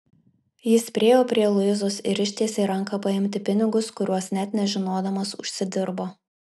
jis priėjo prie luizos ir ištiesė ranką paimti pinigus kuriuos net nežinodamas užsidirbo